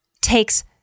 takes